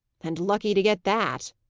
and lucky to get that!